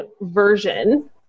version